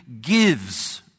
gives